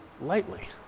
lightly